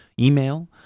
email